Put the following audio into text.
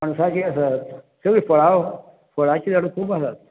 पणसाची आसात सगळीं फळां फळांची झाड खूब आसात